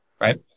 right